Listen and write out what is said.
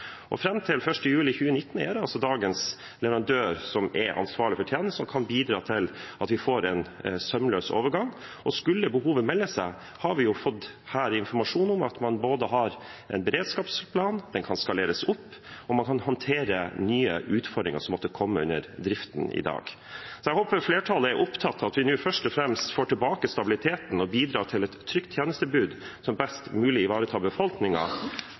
kontrakten. Fram til 1. juli 2019 er det dagens leverandør som er ansvarlig for tjenesten, og som kan bidra til at vi får en sømløs overgang. Skulle behovet melde seg, har vi her fått informasjon om at man har en beredskapsplan, den kan skaleres opp, og man kan håndtere nye utfordringer som måtte komme under driften i dag. Jeg håper flertallet er opptatt av at vi nå først og fremst får tilbake stabiliteten og bidrar til et trygt tjenestetilbud som best mulig ivaretar